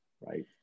right